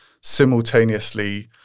simultaneously